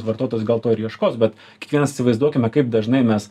vartotojas gal to ir ieškos bet kiekvienas įsivaizduokime kaip dažnai mes